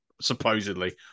supposedly